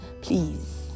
please